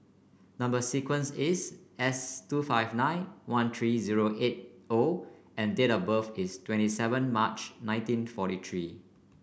number sequence is S two five nine one three zero eight O and date of birth is twenty seven March nineteen forty three